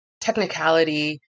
technicality